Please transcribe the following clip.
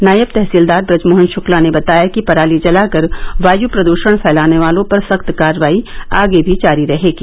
नायब तहसीलदार ब्रजमोहन शुक्ला ने बताया कि पराली जलाकर वायु प्रदूषण फैलाने वालों पर सख्त कार्रवाई आगे भी जारी रहेगी